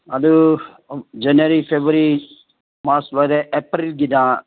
ꯑꯗꯨ January February March ꯂꯣꯏꯔꯦ ꯑꯄ꯭ꯔꯤꯜꯒꯤꯗ